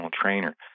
trainer